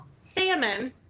salmon